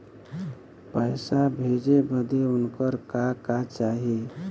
पैसा भेजे बदे उनकर का का चाही?